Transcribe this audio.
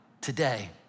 today